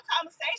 conversation